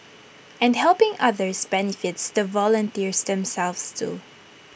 and helping others benefits the volunteers themselves too